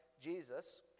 Jesus